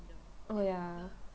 oh ya